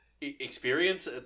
experience